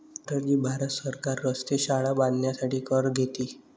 master ji Bharat सरकार रस्ते, शाळा बांधण्यासाठी कर घेते